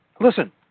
Listen